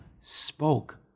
spoke